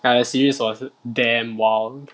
ya the series was damn wild